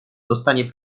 dostanie